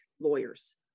lawyers